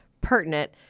pertinent